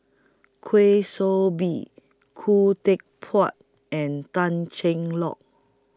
Kwa Soon Bee Khoo Teck Puat and Tan Cheng Lock